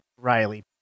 Riley